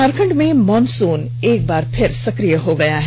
झारखंड में मानसून एक बार फिर सक्रिय हो गया है